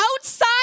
outside